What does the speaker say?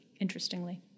interestingly